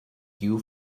you